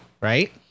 right